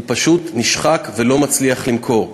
הוא פשוט נשחק ולא מצליח להימכר.